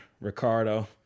Ricardo